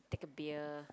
take a beer